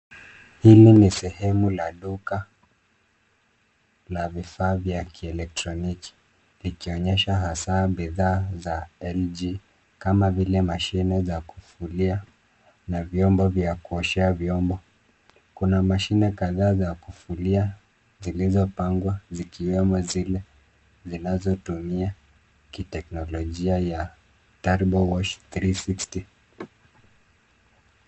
Hili ni sehemu la duka la vifaa vya kielektroniki likionyesha hasa bidhaa za LG kama vile mashine za kufulia na vyombo vya kuoshea vyombo. Kuna mashine kadhaa za kufulia zilizopangwa zikiwemo zile zinazotumia kiteknolojia ya TurboWash 360 .